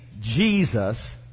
Jesus